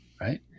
Right